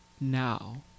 Now